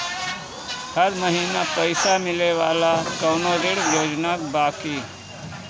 हर महीना पइसा मिले वाला कवनो ऋण योजना बा की?